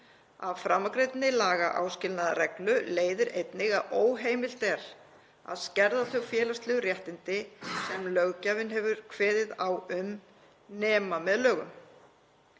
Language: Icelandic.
Af framangreindri lagaáskilnaðarreglu leiðir einnig að óheimilt er að skerða þau félagslegu réttindi sem löggjafinn hefur kveðið á um, nema með lögum.